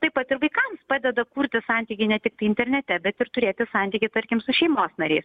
taip pat ir vaikams padeda kurti santykį ne tiktai internete bet ir turėti santykį tarkim su šeimos nariais